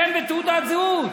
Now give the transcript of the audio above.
שם ותעודת זהות.